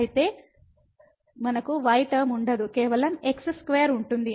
అయితే మనకు y term ఉండదు కేవలం x స్క్వేర్ ఉంటుంది